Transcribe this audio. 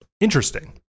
interesting